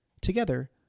Together